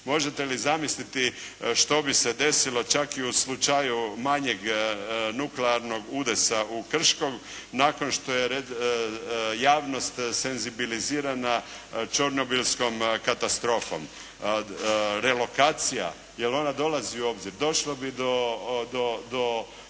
Možete li zamisliti što bi se desilo čak i u slučaju manjeg nuklearnog udesa u Krškom nakon što je javnost senzibilizirana černobilskom katastrofom. Relokacija, je li ona dolazi u obzir. Došlo bi do